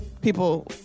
people